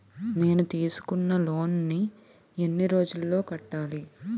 నేను తీసుకున్న లోన్ నీ ఎన్ని రోజుల్లో కట్టాలి?